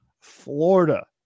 Florida